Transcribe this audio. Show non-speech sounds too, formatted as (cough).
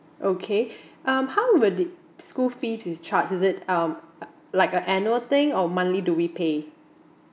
okay (breath) um how would the school fees is charged is it um like a annual thing or monthly due we pay